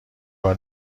بار